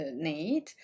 need